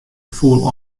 foel